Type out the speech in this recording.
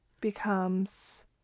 becomes